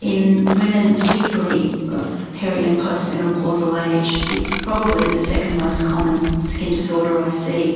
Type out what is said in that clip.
in women particularly of peri and postmenopausal age, it's probably the second-most common skin disorder i see